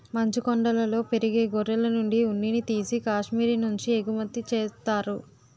మంచుకొండలలో పెరిగే గొర్రెలనుండి ఉన్నిని తీసి కాశ్మీరు నుంచి ఎగుమతి చేత్తారు